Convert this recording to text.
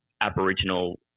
Aboriginal